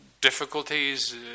difficulties